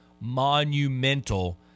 monumental